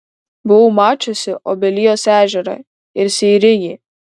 buvau mačiusi obelijos ežerą ir seirijį